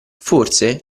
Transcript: forse